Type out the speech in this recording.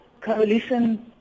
coalition